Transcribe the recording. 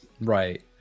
Right